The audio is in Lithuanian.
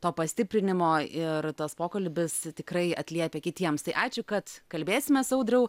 to pastiprinimo ir tas pokalbis tikrai atliepia kitiems tai ačiū kad kalbėsimės audriau